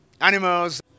animals